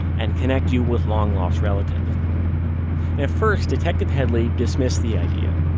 and connect you with long lost relatives at first, detective headley dismissed the idea.